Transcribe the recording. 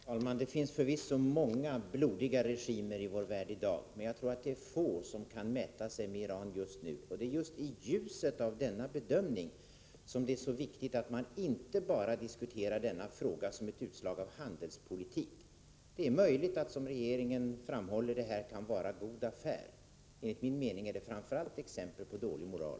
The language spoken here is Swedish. Herr talman! Det finns förvisso många blodiga regimer i vår värld i dag, men jag tror att det är få som kan mäta sig med Irans regim just nu. Det är just iljuset av denna bedömning som det är så viktigt att inte bara diskutera denna fråga som ett utslag av handelspolitik. Det är möjligt, som regeringen framhåller, att det här kan vara god affär. Enligt min mening är det framför allt exempel på dålig moral.